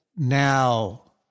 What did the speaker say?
Now